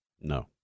No